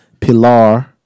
Pilar